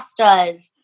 pastas